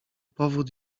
powód